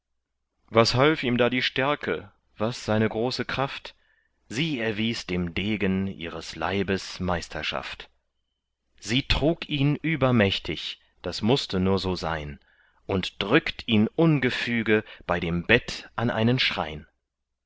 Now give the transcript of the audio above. was half ihm da die stärke was seine große kraft sie erwies dem degen ihres leibes meisterschaft sie trug ihn übermächtig daß mußte nur so sein und drückt ihn ungefüge bei dem bett an einen schrein